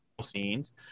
scenes